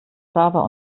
xaver